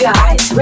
Guys